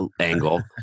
angle